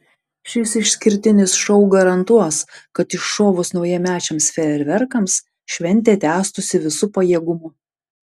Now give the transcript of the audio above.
šis išskirtinis šou garantuos kad iššovus naujamečiams fejerverkams šventė tęstųsi visu pajėgumu